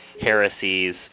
heresies